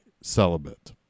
celibate